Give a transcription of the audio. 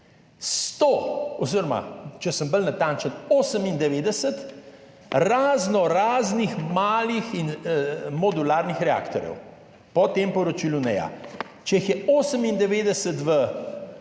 100, oziroma če sem bolj natančen, 98 raznoraznih malih in modularnih reaktorjev po tem poročilu NEA. Če jih je 98